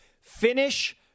Finish